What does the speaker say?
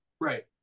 right